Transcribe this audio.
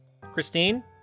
Christine